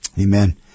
Amen